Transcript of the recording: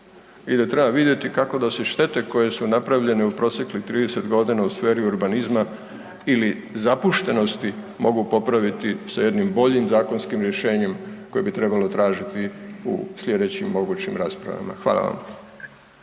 i da treba vidjeti kako da se štete koje su napravljene u proteklih 30 godina u sferi urbanizma ili zapuštenosti, mogu popraviti sa jednim boljim zakonskim rješenjem koje bi trebalo tražiti u sljedećim mogućim raspravama. Hvala vam.